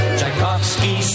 Tchaikovsky